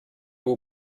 will